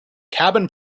cabin